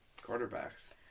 quarterbacks